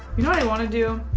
know i want to do?